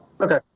Okay